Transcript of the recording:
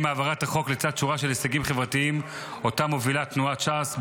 עם העברת החוק לצד שורה של הישגים חברתיים שאותה מובילה תנועת ש"ס,